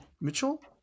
Mitchell